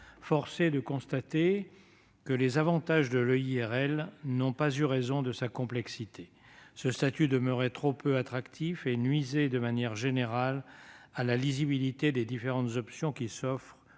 Force est de constater que les avantages de l'EIRL n'ont pas eu raison de sa complexité. Ce statut demeurait trop peu attractif et nuisait, de manière générale, à la lisibilité des différentes options qui s'offrent